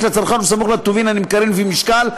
לצרכן וסמוך לטובין הנמכרים לפי משקל.